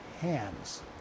hands